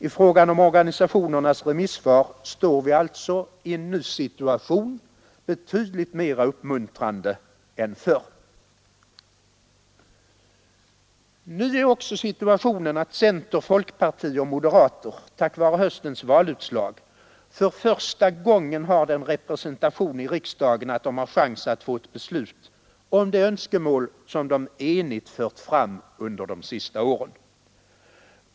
I fråga om organisationernas remissvar befinner vi oss alltså i en ny situation, betydligt mer uppmuntrande än förr. Ny är också situationen därigenom att centern, folkpartiet och moderaterna tack vare höstens valutslag för första gången har sådan representation i riksdagen att de har chansen att få ett positivt beslut om det önskemål som de enigt fört fram under de senaste åren.